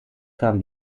kam